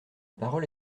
parole